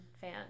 fan